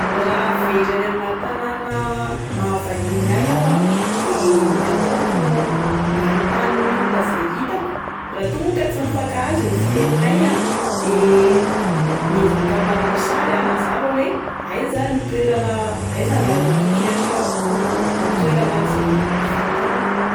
Raha very any aminà tanàna maha vahiny ahy aho ah, de ny ataoko manontany ny olona izay hitako. Raha toa moa ka tsy mifankahazo ny fiteninay de miezaka manao sary manazava hoe aiza ny toerana, aiza ny làlana tokony ahatratrarako ny toerana izay ivantanako.